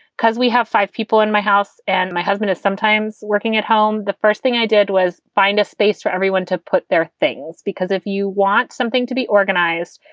because we have five people in my house and my husband is sometimes working at home, the first thing i did was find a space for everyone to put their things, because if you want something to be organized,